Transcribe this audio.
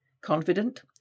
Confident